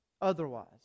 otherwise